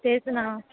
तेच ना